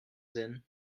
then